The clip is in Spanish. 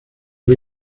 hoy